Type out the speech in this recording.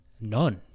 None